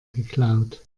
geklaut